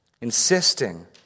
Insisting